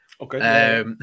Okay